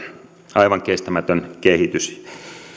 aivan kestämätön kehitys